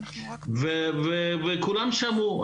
וכולם שמעו.